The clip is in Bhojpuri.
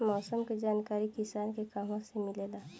मौसम के जानकारी किसान के कहवा से मिलेला?